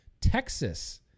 Texas